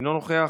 אינו נוכח,